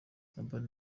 urban